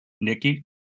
Nikki